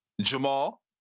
Jamal